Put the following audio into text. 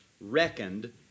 reckoned